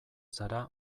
zara